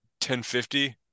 1050